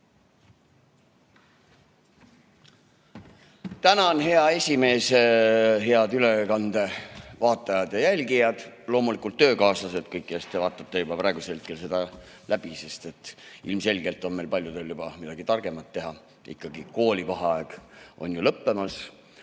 Tänan, hea esimees! Head ülekande vaatajad ja jälgijad, loomulikult töökaaslased, kõik, kes te juba praegusel hetkel seda läbi vaatate, sest ilmselgelt on meil paljudel midagi targemat teha, ikkagi koolivaheaeg on ju lõppemas.